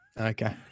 Okay